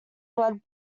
led